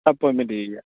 appointment ചെയ്യുക